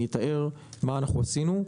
אתאר מה אנחנו עשינו.